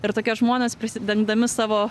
ir tokie žmonės prisidengdami savo